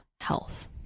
health